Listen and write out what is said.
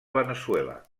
veneçuela